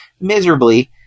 miserably